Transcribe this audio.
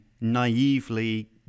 naively